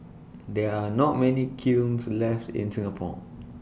there are not many kilns left in Singapore